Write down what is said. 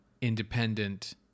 independent